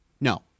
No